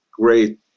great